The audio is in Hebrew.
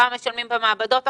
כמה משלמים במעבדות החדשות,